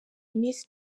miss